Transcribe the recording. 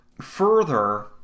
Further